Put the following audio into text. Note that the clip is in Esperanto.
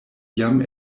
jam